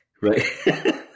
right